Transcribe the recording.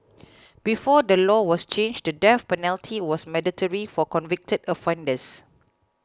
before the law was changed the death penalty was mandatory for convicted offenders